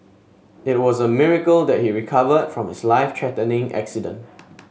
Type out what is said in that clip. it was a miracle that he recovered from his life threatening accident